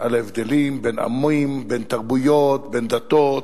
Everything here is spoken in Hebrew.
על ההבדלים בין עמים, בין תרבויות, בין דתות,